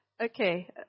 Okay